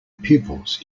pupils